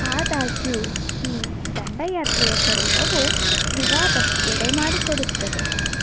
ಆದಾಗ್ಯೂ ಈ ದಂಡಯಾತ್ರೆಯ ಸ್ವರೂಪವು ವಿವಾದಕ್ಕೆಡೆ ಮಾಡಿಕೊಡುತ್ತದೆ